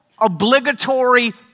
obligatory